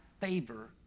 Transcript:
favor